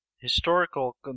historical